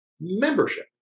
membership